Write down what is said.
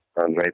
right